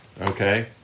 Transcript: Okay